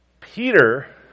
Peter